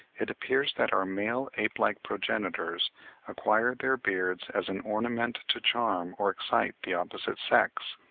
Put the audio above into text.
it appears that our male ape-like progenitors acquired their beards as an ornament to charm or excite the opposite sex,